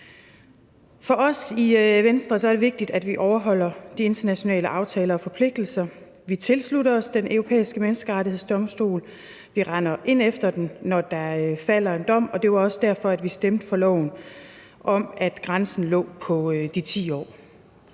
For os i Venstre er det vigtigt, at vi overholder de internationale aftaler og forpligtelser. Vi tilsluttede os Den Europæiske Menneskerettighedsdomstol, og vi retter ind efter den, når der falder en dom, og det er jo også derfor, vi stemte for loven om, at grænsen lå på de 10 år.